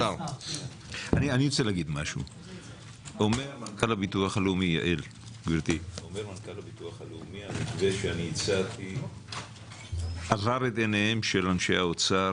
אומר מנכ"ל הביטוח הלאומי: המתווה שהצעתי עבר את עיניהם של אנשי האוצר